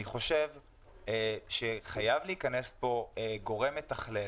אני חושב שחייב להיכנס פה גורם מתכלל,